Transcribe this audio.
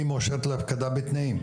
היא מאושרת להפקדה בתנאים,